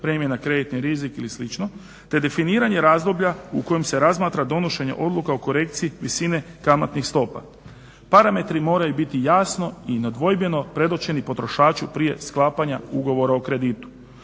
preimena na kreditni rizik ili slično. Te definiranje razdoblja u kojem se razmatra donošenje odluka o korekciji visine kamatnih stopa. Parametri moraju biti jasno i nedvojbeno predočeni potrošaču prije sklapanja ugovora o kreditu.